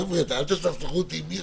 חבר'ה, אל תסכסכו אותי עם מירה.